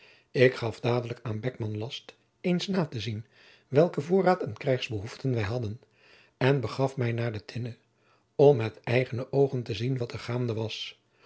ik gaf dadelijk aan beckman last eens na te zien welken voorraad en krijgsbehoeften wij hadden en begaf mij naar de tinne om met eigene oogen te zien wat er gaande was